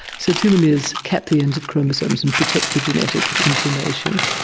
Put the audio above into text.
so telomeres cap the ends of chromosomes and protect the genetic information.